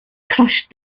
crushed